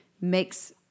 makes